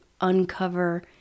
uncover